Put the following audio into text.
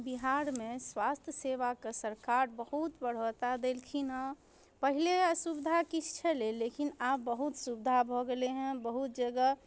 बिहारमे स्वास्थ सेवाके सरकार बहुत बढ़ौता देलखिन हँ पहिले असुविधा किछु छलै लेकिन आब बहुत सुविधा भऽ गेलै हँ बहुत जगह